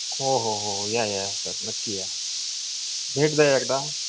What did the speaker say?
हो हो हो या या सर नक्की या भेट द्या एकदा